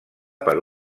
per